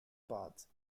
paths